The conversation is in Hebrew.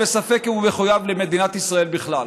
וספק אם הוא מחויב למדינת ישראל בכלל.